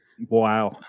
Wow